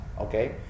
Okay